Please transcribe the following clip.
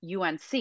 UNC